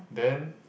then